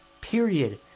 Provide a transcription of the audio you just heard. period